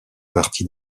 partie